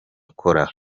cola